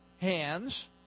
hands